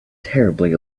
terribly